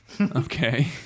Okay